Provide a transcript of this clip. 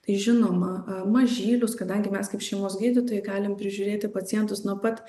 tai žinoma mažylius kadangi mes kaip šeimos gydytojai galim prižiūrėti pacientus nuo pat